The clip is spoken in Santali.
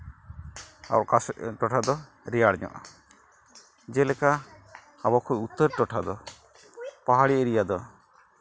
ᱟᱨ ᱚᱠᱟ ᱴᱚᱴᱷᱟ ᱫᱚ ᱨᱮᱭᱟᱲ ᱧᱚᱜᱼᱟ ᱡᱮᱞᱮᱠᱟ ᱟᱵᱚ ᱠᱷᱚᱡ ᱩᱛᱛᱚᱨ ᱴᱚᱴᱷᱟ ᱫᱚ ᱯᱟᱦᱟᱲᱤ ᱮᱨᱤᱭᱟ ᱫᱚ